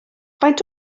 faint